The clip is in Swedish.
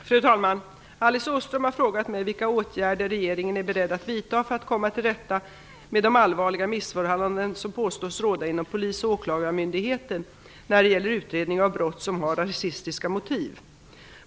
Fru talman! Alice Åström har frågat mig vilka åtgärder regeringen är beredd att vidta för att komma till rätta med de allvarliga missförhållanden som påstås råda inom polis och åklagarmyndigheter när det gäller utredning av brott som har rasistiska motiv.